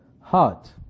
heart